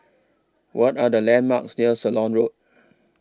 What Are The landmarks near Ceylon Road